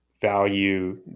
value